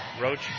Roach